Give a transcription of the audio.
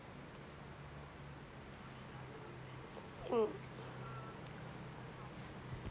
mm